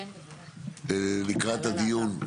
כן, בוודאי, זה עלה לאתר.